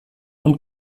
und